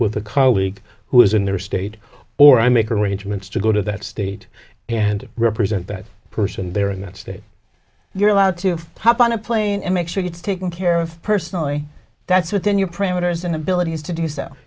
with a colleague who is in their state or i make arrangements to go to that state and represent that person there in that state you're allowed to pop on a plane and make sure gets taken care of personally that's within your printers and abilities to do s